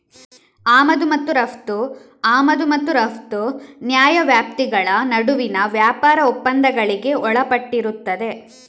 ಆಮದು ಮತ್ತು ರಫ್ತು ಆಮದು ಮತ್ತು ರಫ್ತು ನ್ಯಾಯವ್ಯಾಪ್ತಿಗಳ ನಡುವಿನ ವ್ಯಾಪಾರ ಒಪ್ಪಂದಗಳಿಗೆ ಒಳಪಟ್ಟಿರುತ್ತದೆ